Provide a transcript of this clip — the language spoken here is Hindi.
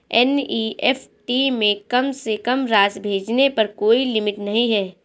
एन.ई.एफ.टी में कम से कम राशि भेजने पर कोई लिमिट नहीं है